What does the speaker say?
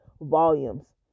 volumes